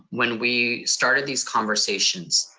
when we started these conversations,